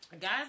guys